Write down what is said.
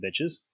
bitches